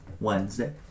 Wednesday